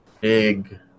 big